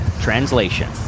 translation